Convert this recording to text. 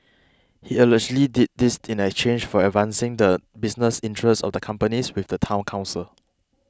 he allegedly did this in exchange for advancing the business interests of the companies with the Town Council